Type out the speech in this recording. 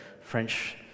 French